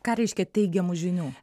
ką reiškia teigiamų žinių